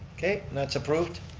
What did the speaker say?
okay, and that's approved,